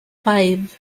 five